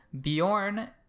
Bjorn